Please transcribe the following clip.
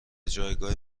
جایگاه